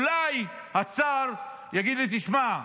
אולי השר יגיד לי: תשמע,